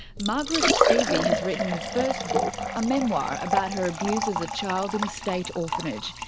margaret spivey has written her first book, a memoir about her abuse as a child in a state orphanage.